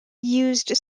used